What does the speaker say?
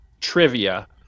trivia